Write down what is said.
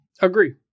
Agree